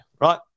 right